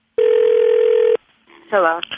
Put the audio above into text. Hello